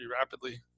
rapidly